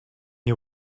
you